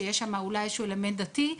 שיש שם אולי איזה אלמנט דתי,